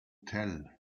tell